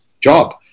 job